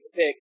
pick